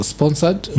Sponsored